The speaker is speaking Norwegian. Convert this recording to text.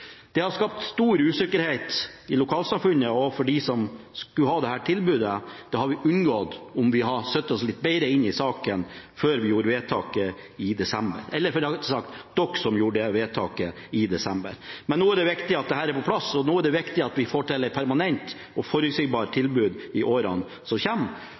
Det har skapt stor usikkerhet i lokalsamfunnet og for dem som skulle ha dette tilbudet. Det hadde vi unngått om vi hadde satt oss litt bedre inn i saken før vi fattet vedtaket i desember – eller rettere sagt: før dere fattet vedtaket i desember. Men nå er det viktig at dette er på plass, og nå er det viktig at vi får til et permanent og forutsigbart tilbud i årene som